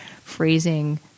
phrasing